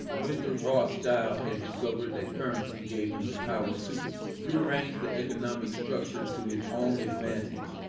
mr. rothschild had discovered that currency gave him the power to rearrange the economic structure to his own advantage,